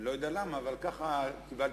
אני לא יודע למה, אבל כזה חינוך קיבלתי.